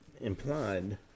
implied